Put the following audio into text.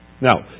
Now